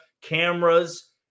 cameras